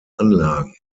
anlagen